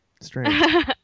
strange